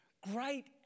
great